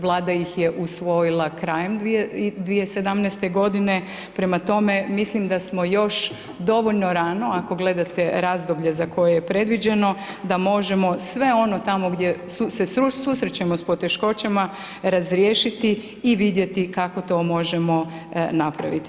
Vlada ih je usvojila krajem 2017. godine, prema tome, mislim da smo još dovoljno rano, ako gledate razdoblje za koje je predviđeno, da možemo sve ono tamo gdje se susrećemo s poteškoćama razriješiti i vidjeti kako to možemo napraviti.